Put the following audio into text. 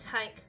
take